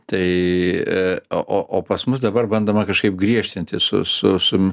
tai o o pas mus dabar bandoma kažkaip griežtinti su su su